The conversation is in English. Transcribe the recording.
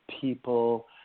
people